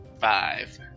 Five